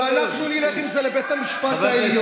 ואנחנו נלך עם זה לבית המשפט העליון.